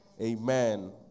Amen